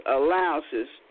allowances